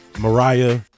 Mariah